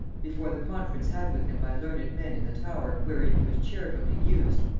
before the conference had with him by learned men in the tower, wherein he was charitably used,